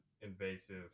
invasive